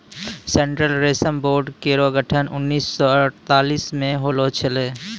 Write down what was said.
central रेशम board केरो गठन उन्नीस सौ अड़तालीस म होलो छलै